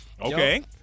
Okay